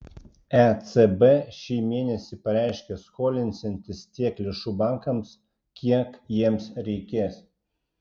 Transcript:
ecb šį mėnesį pareiškė skolinsiantis tiek lėšų bankams kiek jiems reikės